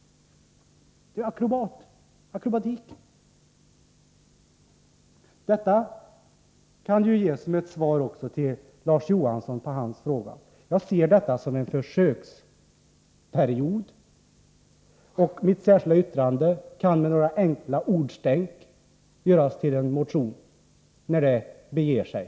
Det är ju akrobatik! Detta kan ges som ett svar också till Larz Johansson på hans fråga. Jag ser detta som en försöksperiod, och mitt särskilda yttrande kan med några enkla ordstänk göras till en motion, när det beger sig.